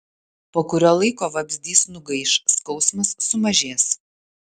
po kurio laiko vabzdys nugaiš skausmas sumažės